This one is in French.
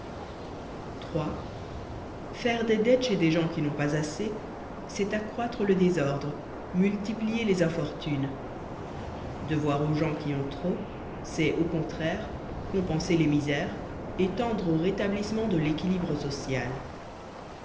iii faire des dettes chez les gens qui n'ont pas assez c'est accroître le désordre multiplier les infortunes devoir aux gens qui ont trop c'est au contraire compenser les misères et tendre au rétablissement de l'équilibre social